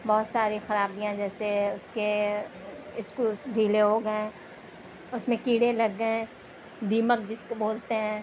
بہت ساری خرابیاں جیسے اس کے اسکروز ڈھیلے ہو گئے اس میں کیڑے لگ گئے دیمک جس کو بولتے ہیں